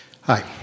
Hi